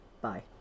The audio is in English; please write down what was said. bye